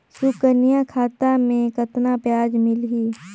सुकन्या खाता मे कतना ब्याज मिलही?